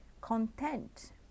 content